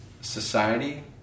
society